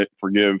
forgive